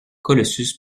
colossus